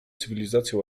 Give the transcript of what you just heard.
cywilizacja